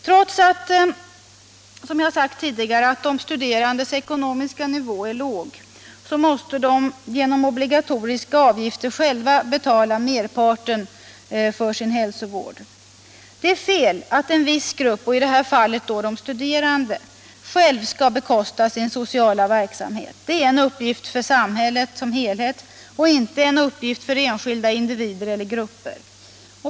Trots att, som jag sagt tidigare, de studerandes ekonomiska nivå är låg måste de genom obligatoriska avgifter själva betala merparten av sin hälsovård. Det är fel att en viss grupp, i detta fall de studerande, själv skall bekosta sin sociala service. Det är en uppgift för samhället som helhet och inte en uppgift för enskilda individer eller grupper.